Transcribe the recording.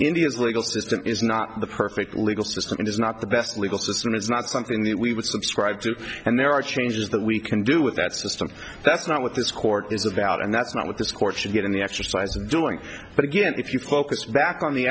india's legal system is not the perfect legal system it is not the best legal system it's not something that we would subscribe to and there are changes that we can do with that system that's not what this court is about and that's not what this court should get in the exercise of doing but again if you focus back on the